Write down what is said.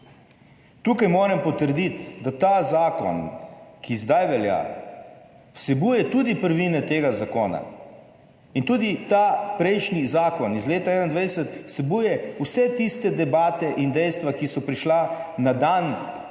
Tukaj moram potrditi, da ta zakon, ki zdaj velja, vsebuje tudi prvine tega zakona in tudi ta prejšnji zakon iz leta 2021 vsebuje vse tiste debate in dejstva, ki so prišla na dan, ko